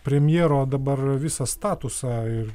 premjero dabar visą statusą ir